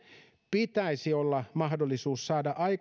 pitäisi olla mahdollisuus saada